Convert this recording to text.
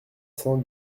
cent